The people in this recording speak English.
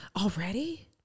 already